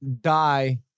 die